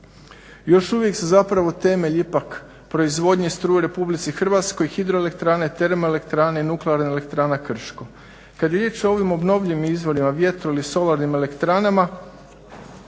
Još uvijek se zapravo temelj ipak proizvodnje struje u Republici Hrvatskoj hidro elektrane, termo elektrane nuklearna elektrana Krško. Kad je riječ o ovim obnovljivim izvorima vjetru ili solarnim elektranama